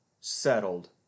settled